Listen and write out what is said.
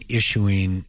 issuing